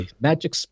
Magic